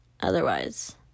otherwise